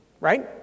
Right